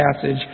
passage